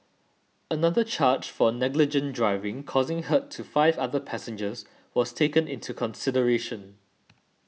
another charge for negligent driving causing hurt to five other passengers was taken into consideration